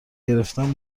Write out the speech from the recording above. گرفتن